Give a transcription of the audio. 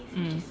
um